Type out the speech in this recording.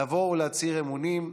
לבוא ולהצהיר אמונים.